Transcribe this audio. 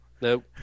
Nope